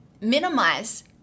minimize